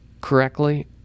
correctly